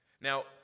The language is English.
Now